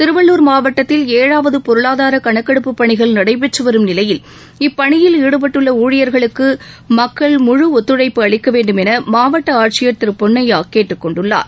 திருவள்ளூர் மாவட்டத்தில் ஏழாவது பொருளாதார கணக்கெடுப்புப் பணிகள் நடைபெற்று வரும் நிலையில் இப்பணியில் ஈடுபட்டுள்ள ஊழியர்களுக்கு மக்கள் முழு ஒத்துழைப்பு அளிக்க வேண்டும் என மாவட்ட ஆட்சியர் திரு பொன்னையா கேட்டுக் கொண்டுள்ளார்